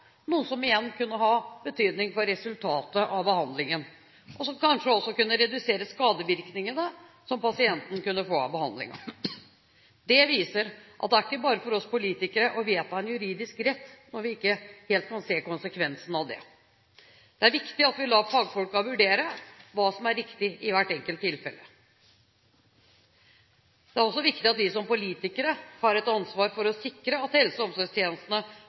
noe som igjen kunne ha betydning for resultatet av behandlingen, og som kanskje også kunne redusere skadevirkningene som pasienten kunne få av behandlingen. Det viser at det er ikke bare for oss politikere å vedta en juridisk rett når vi ikke helt kan se konsekvensen av det. Det er viktig at vi lar fagfolk vurdere hva som er riktig i hvert enkelt tilfelle. Det er også viktig at vi som politikere har et ansvar for å sikre at helse- og omsorgstjenestene